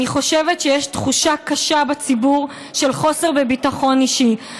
אני חושבת שיש תחושה קשה בציבור של חוסר בביטחון אישי.